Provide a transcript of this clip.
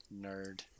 Nerd